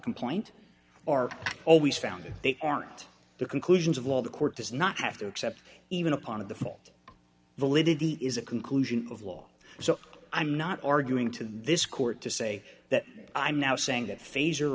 complaint are always found they are not the conclusions of law the court does not have to accept even a part of the fault validity is a conclusion of law so i'm not arguing to this court to say that i'm now saying that phase or